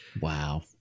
wow